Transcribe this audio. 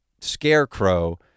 scarecrow